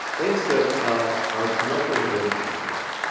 things that ah are directly related to mismatch.